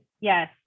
Yes